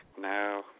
no